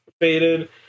faded